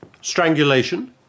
Strangulation